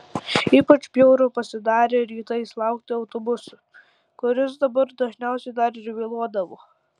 ypač bjauru pasidarė rytais laukti autobuso kuris dabar dažniausiai dar ir vėluodavo